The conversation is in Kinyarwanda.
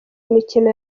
imikino